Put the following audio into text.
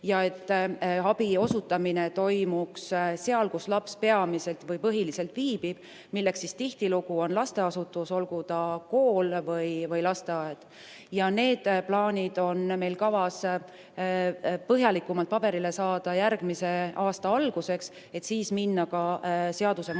et abi osutamine toimuks seal, kus laps peamiselt või põhiliselt viibib, milleks siis tihtilugu on lasteasutus, olgu see kool või lasteaed. Need plaanid on meil kavas põhjalikumalt paberile saada järgmise aasta alguseks, et siis jõuda ka seadusemuudatusteni.